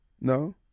no